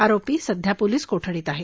आरोपी सध्या पोलीस कोठडीत आहे